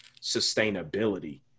sustainability